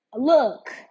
Look